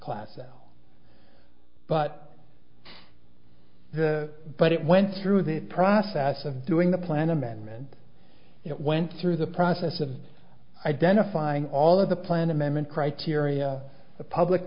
class but the but it went through the process of doing the plan amendment it went through the process of identifying all of the plan amendment criteria the public